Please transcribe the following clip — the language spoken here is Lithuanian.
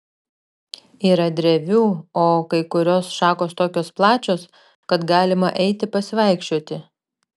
yra drevių o kai kurios šakos tokios plačios kad galima eiti pasivaikščioti